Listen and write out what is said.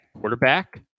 quarterback